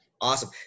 Awesome